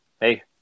Hey